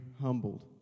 humbled